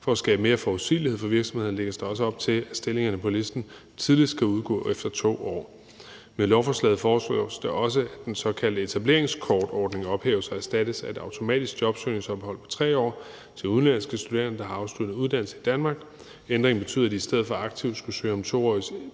For at skabe mere forudsigelighed for virksomhederne lægges der også op til, at stillingerne på listen tidligst kan udgå efter 2 år. Med lovforslaget foreslås det også, at den såkaldte etableringskortordning ophæves og erstattes af et automatisk jobsøgningsophold på 3 år til udenlandske studerende, der har afsluttet uddannelse i Danmark. Ændringen betyder, at i stedet for aktivt at skulle søge om 2-årige